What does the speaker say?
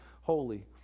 holy